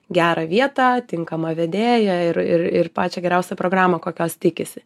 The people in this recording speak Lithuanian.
gerą vietą tinkamą vedėją ir ir ir pačią geriausią programą kokios tikisi